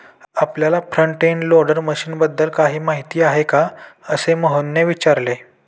आपल्याला front end loader मशीनबद्दल काही माहिती आहे का, असे मोहनने विचारले?